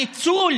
הניצול